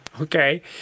okay